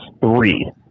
three